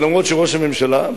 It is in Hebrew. שאף שראש הממשלה,